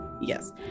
Yes